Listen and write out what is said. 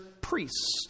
priests